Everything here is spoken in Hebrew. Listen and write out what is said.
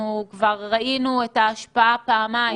אנחנו כבר ראינו פעמיים,